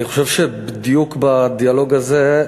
אני חושב שבדיוק בדיאלוג הזה,